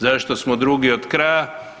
Zašto smo drugi od kraja?